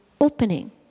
opening